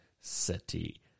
City